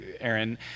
Aaron